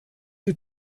you